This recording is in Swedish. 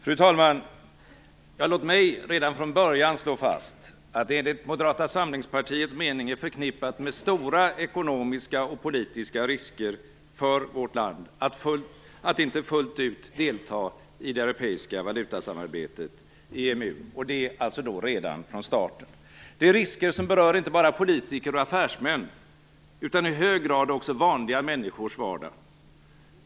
Fru talman! Låt mig redan från början slå fast att det enligt Moderata samlingspartiets mening är förknippat med stora ekonomiska och politiska risker för vårt land att inte fullt ut delta i det europeiska valutasamarbetet i EMU redan från starten. Det är risker som berör inte bara politiker och affärsmän utan i hög grad också vanliga människors vardag.